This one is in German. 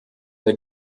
der